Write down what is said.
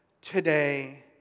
today